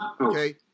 okay